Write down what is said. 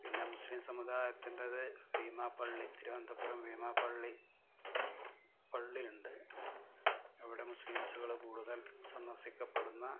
പിന്നെ മുസ്ലിം സമുദായത്തിൻ്റേത് ബീമാ പള്ളി തിരുവനന്തപുരം ബീമാ പള്ളി പള്ളിയുണ്ട് അവിടെ മുസ്ലിംസുകള് കൂടുതൽ സന്ദർശിക്കപ്പെടുന്ന